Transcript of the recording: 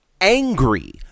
angry